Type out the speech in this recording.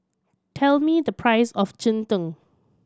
tell me the price of cheng tng